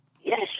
yes